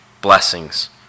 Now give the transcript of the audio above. blessings